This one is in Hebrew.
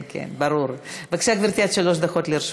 נמצאת באולם ומדברת.